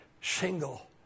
single